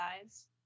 size